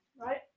right